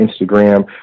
Instagram